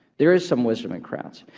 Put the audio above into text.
there is some wisdom in crowds.